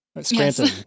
Scranton